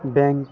bank